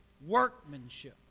Workmanship